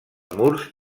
murs